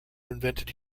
invented